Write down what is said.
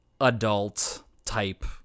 adult-type